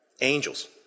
angels